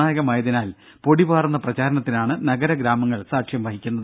നിർണായകമായതിനാൽ പൊടിപാറുന്ന പ്രചാരണത്തിനാണ് നഗര ഗ്രാമങ്ങൾ സാക്ഷ്യം വഹിക്കുന്നത്